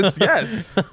yes